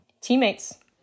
teammates